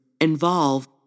involve